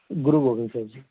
ਗੁਰੂ ਗੋਬਿੰਦ ਸਿੰਘ ਜੀ